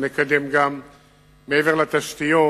מעבר לתשתיות,